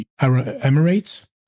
Emirates